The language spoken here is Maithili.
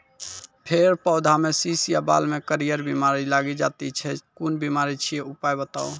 फेर पौधामें शीश या बाल मे करियर बिमारी लागि जाति छै कून बिमारी छियै, उपाय बताऊ?